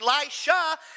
Elisha